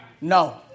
No